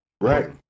Right